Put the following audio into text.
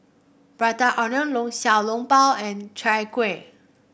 Prata Onion Long Xiao Long Bao and Chai Kueh